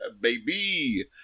Baby